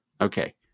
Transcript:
Okay